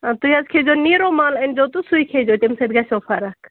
تُہۍ حظ کھے زیٚو نیٖرومال أنۍ زیٚو تُہۍ تہٕ سُے کھے زیٚو تمہِ سۭتۍ گَژھیٚو فَرَکھ